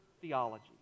theology